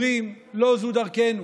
אומרים: לא זו דרכנו.